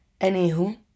Anywho